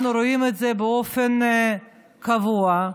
אנחנו רואים באופן קבוע,